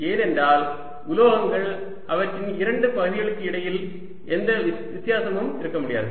ஏனென்றால் உலோகங்கள் அவற்றின் இரண்டு பகுதிகளுக்கு இடையில் எந்த வித்தியாசமும் இருக்க முடியாது